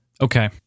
Okay